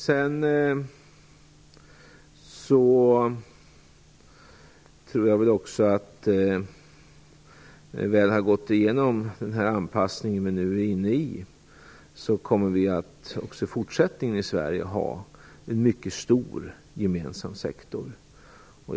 Sedan tror jag att vi, när vi väl har gått igenom den anpassning vi nu är inne i, kommer att fortsätta att ha en mycket stor gemensam sektor i Sverige.